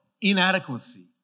Inadequacy